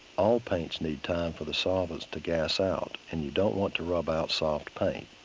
all paints need time for the solvents to gas out. and you don't want to rub out soft paint.